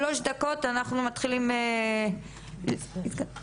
שלוש דקות ואנחנו חייבים להתקדם למשרדי הממשלה.